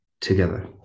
together